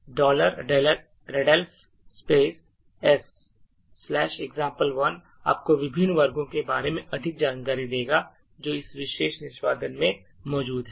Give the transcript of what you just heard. तो readelf Sexample1 आपको विभिन्न वर्गों के बारे में अधिक जानकारी देगा जो इस विशेष निष्पादन में मौजूद हैं